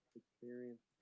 experience